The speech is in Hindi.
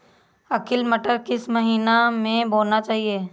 अर्किल मटर किस महीना में बोना चाहिए?